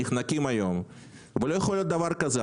לא יכול להיות דבר כזה,